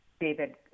David